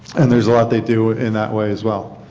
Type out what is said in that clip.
and there is a lot they do and that way as well.